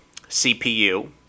CPU